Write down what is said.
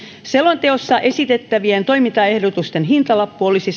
selonteossa esitettävien toimintaehdotusten hintalappu olisi